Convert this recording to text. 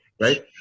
Right